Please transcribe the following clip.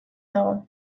dago